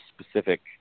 specific